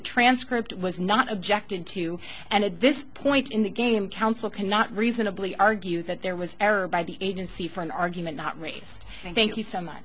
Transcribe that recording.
transcript was not objected to and at this point in the game counsel cannot reasonably argue that there was error by the agency for an argument not racist thank you so much